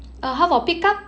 uh how about pick up